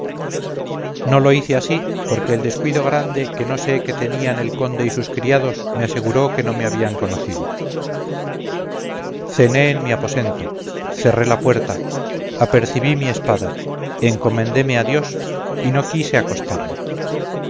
no lo hice ansí porque el descuido grande que no sé que tenían el conde y sus criados me aseguró que no me habían conocido cené en mi aposento cerré la puerta aprecibí mi espada encomendéme a dios y no quise acostarme